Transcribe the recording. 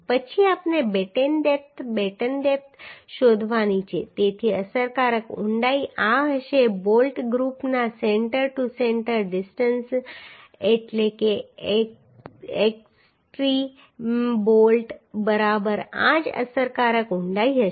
પછી આપણે બેટન ડેપ્થ શોધવાની છે તેથી અસરકારક ઊંડાઈ આ હશે બોલ્ટ ગ્રૂપના સેન્ટર ટુ સેન્ટર ડિસ્ટન્સ એટલે કે એક્સ્ટ્રીમ બોલ્ટ બરાબર આ જ અસરકારક ઊંડાઈ હશે